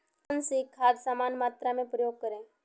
कौन सी खाद समान मात्रा में प्रयोग करें?